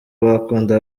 wakunda